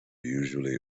usually